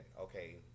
okay